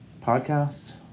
podcast